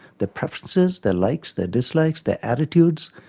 their preferences, their likes, their dislikes, their attitudes.